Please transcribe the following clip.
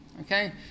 Okay